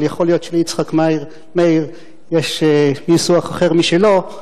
אבל יכול להיות שליצחק מאיר יש ניסוח אחר משלו,